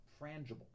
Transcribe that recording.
frangible